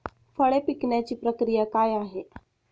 फळे पिकण्याची प्रक्रिया काय आहे?